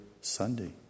Sunday